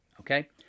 Okay